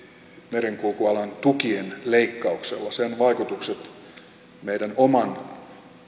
merenkulkualan tukien leikkauksella sen vaikutukset meidän oman